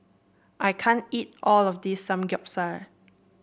I can't eat all of this Samgeyopsal